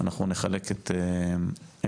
אנחנו נחלק את זמננו.